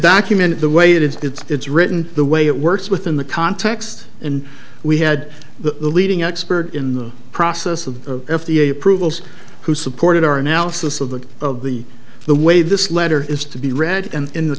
document the way it is it's written the way it works within the context and we had the leading expert in the process of f d a approvals who supported our analysis of the of the the way this letter is to be read and in th